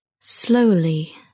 Slowly